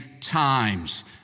times